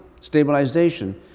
stabilization